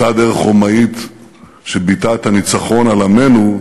אותה דרך רומאית שביטאה את הניצחון על עמנו,